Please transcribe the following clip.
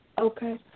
Okay